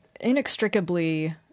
inextricably